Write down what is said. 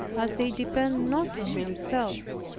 as they depend not on ourselves.